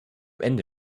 ende